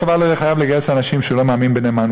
הצבא לא יהיה חייב לגייס אנשים שהוא לא מאמין בנאמנותם.